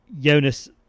jonas